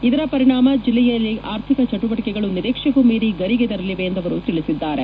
ಇದರ ಪರಿಣಾಮ ಜಿಲ್ಲೆಯಲ್ಲಿ ಆರ್ಥಿಕ ಚಟುವಟಿಕೆಗಳು ನಿರೀಕ್ಷೆಗೂ ಮೀರಿ ಗರಿಕೆದರಿಲಿವೆ ಎಂದು ಅವರು ತಿಳಿಸಿದ್ದಾರೆ